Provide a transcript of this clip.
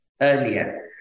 earlier